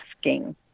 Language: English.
asking